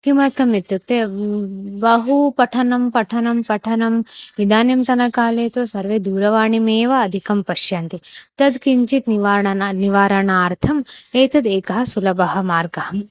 किमर्थम् इत्युक्ते बहु पठनं पठनं पठनम् इदानीन्तनकाले तु सर्वे दूरवाणीमेव अधिकं पश्यन्ति तद् किञ्चित् निवारणं निवारणार्थम् एतद् एकः सुलभः मार्गः